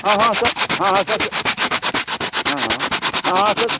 हँ हँ तऽ हँ हँ सऽ सऽ हँ हँ हँ हँ सँ